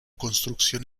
construcción